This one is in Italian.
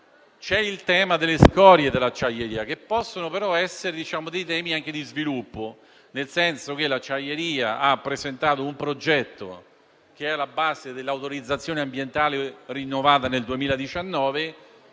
poi il tema delle scorie dell'acciaieria, che però può essere anche un tema di sviluppo, nel senso che l'acciaieria ha presentato un progetto, che è alla base dell'autorizzazione ambientale rinnovata nel 2019,